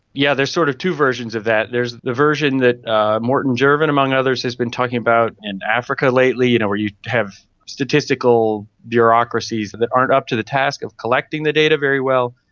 yeah there are sort of two versions of that. there is the version that morton jerven, among others, has been talking about in africa lately, you know where you have statistical bureaucracies that that aren't up to the task of collecting the data very well.